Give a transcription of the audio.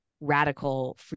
radical